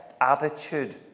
attitude